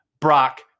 Brock